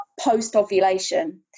post-ovulation